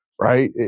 right